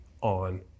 on